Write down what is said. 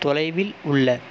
தொலைவில் உள்ள